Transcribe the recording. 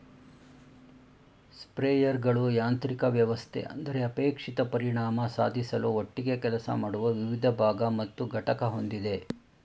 ಸ್ಪ್ರೇಯರ್ಗಳು ಯಾಂತ್ರಿಕ ವ್ಯವಸ್ಥೆ ಅಂದರೆ ಅಪೇಕ್ಷಿತ ಪರಿಣಾಮ ಸಾಧಿಸಲು ಒಟ್ಟಿಗೆ ಕೆಲಸ ಮಾಡುವ ವಿವಿಧ ಭಾಗ ಮತ್ತು ಘಟಕ ಹೊಂದಿದೆ